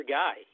guy